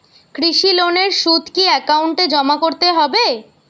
কৃষি লোনের সুদ কি একাউন্টে জমা করতে হবে?